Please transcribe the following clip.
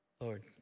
Lord